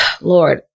Lord